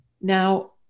Now